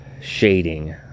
shading